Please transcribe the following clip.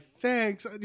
thanks